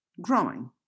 growing